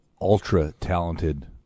ultra-talented